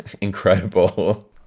incredible